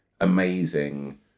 amazing